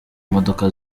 modoka